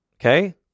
Okay